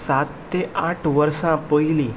जवळ जवळ सात ते आठ वर्सां पयलीं